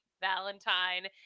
Valentine